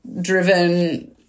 driven